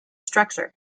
structure